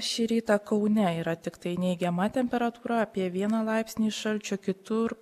šį rytą kaune yra tiktai neigiama temperatūra apie vieną laipsnį šalčio kitur